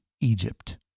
Egypt